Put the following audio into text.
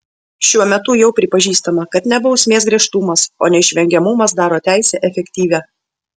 šiuo metu jau pripažįstama kad ne bausmės griežtumas o neišvengiamumas daro teisę efektyvią